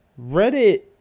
Reddit